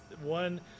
one